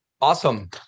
Awesome